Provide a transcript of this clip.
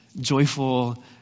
joyful